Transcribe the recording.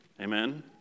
Amen